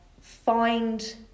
find